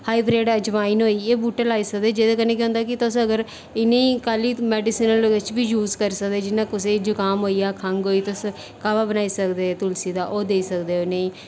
hybrid अजवाईन होई गेई एह् बूह्टे लाई सकदे जेह्दे कन्नै केह् होंदा कि तुस अगर इनेंगी कल कि मेडिसीनल बिच्च बी यूज़ करी सकदे जियां कुसै गी जुकाम होई गेआ खंघ होई काहवा बनाई सकदे तुलसी दा ओह् देई सकदे इनेंगी